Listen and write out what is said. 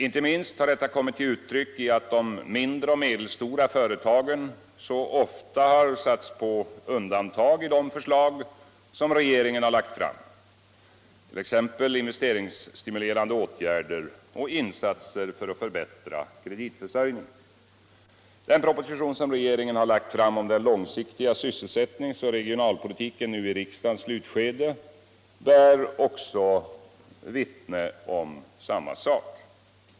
Inte minst har detta kommit till uttryck i att de mindre och medelstora företagen så ofta har satts på undantag i de förslag som regeringen lagt fram, t.ex. investeringsstimulerande åtgärder och insatser för att förbättra kreditförsörjningen. Den proposition som regeringen har lagt fram om den långsiktiga sysselsättningsoch regionalpolitiken nu i riksdagens slutskede bär också vittne om samma sak.